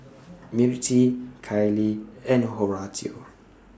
Mirtie Kailey and Horatio